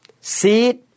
Seed